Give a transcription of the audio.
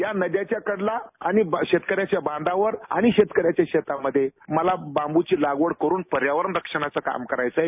या नद्यांच्या कडेला आणि शेतकऱ्यांच्या बांधावर आणि शेतकऱ्याच्या शेतामधे मला बांबूची लागवड करून पर्यावरण रक्षणाचं काम करायचं आहे